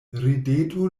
rideto